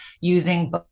using